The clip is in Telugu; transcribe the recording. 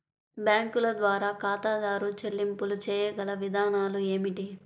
బ్యాంకుల ద్వారా ఖాతాదారు చెల్లింపులు చేయగల విధానాలు ఏమిటి?